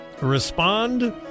respond